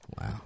Wow